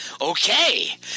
okay